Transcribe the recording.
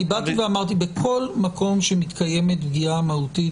אני באתי ואמרתי בכל מקום שמתקיימת פגיעה מהותית